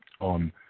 on